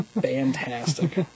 Fantastic